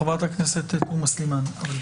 חה"כ תומא סלימאן.